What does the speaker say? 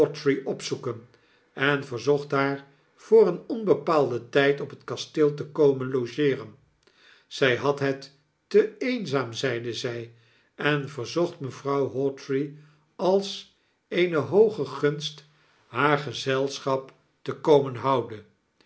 opzoeken en verzocht haar voor een onbepaalden tyd op het kasteel te komen logeeren zy had het te eenzaam zeide zy en verzocht mevrouw hawtrey als eene hooge gunst haar gezelschap te komen houden